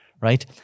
right